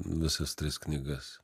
visas tris knygas